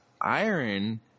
iron